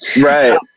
Right